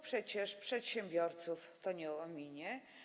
Przecież przedsiębiorców to nie ominie.